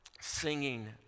singing